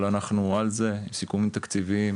אנחנו על זה מבחינת סיכומים תקציביים,